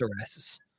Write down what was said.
arrests